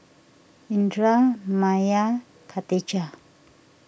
Indra Maya and Katijah